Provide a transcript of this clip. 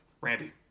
Randy